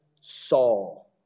Saul